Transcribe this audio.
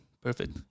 perfect